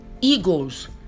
eagles